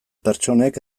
pertsonek